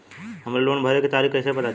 हमरे लोन भरे के तारीख कईसे पता चली?